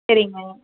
சரிங்க